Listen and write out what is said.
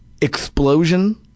explosion